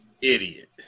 Idiot